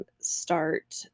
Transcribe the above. start